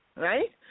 right